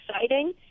exciting